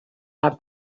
are